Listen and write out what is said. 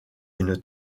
une